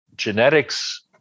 genetics